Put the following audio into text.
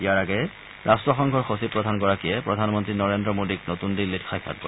ইয়াৰ আগেয়ে ৰাট্টসংঘৰ সচিবপ্ৰধানগৰাকীয়ে প্ৰধানমন্ত্ৰী নৰেন্দ্ৰ মোডীক নতুন দিল্লীত সাক্ষাৎ কৰে